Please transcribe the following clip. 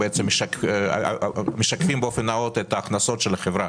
משלמת משקפים באופן נאות את ההכנסות של החברה